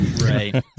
right